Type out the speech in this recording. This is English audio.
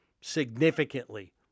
significantly